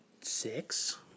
six